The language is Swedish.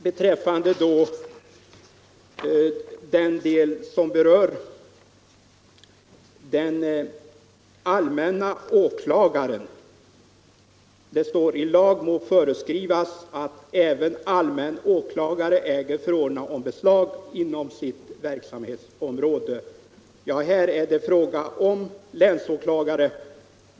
Beträffande den del som berör den allmänne åklagaren står det: ”I lag må föreskrivas att även allmän åklagare äger förordna om beslag inom sitt verksamhetsområde.” Här är det fråga om länsåklagare.